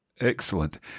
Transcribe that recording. Excellent